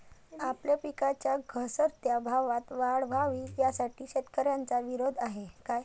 आपल्या पिकांच्या घसरत्या भावात वाढ व्हावी, यासाठी शेतकऱ्यांचा विरोध आहे